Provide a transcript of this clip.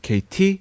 KT